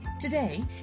Today